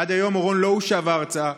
עד היום אורון לא הושב ארצה,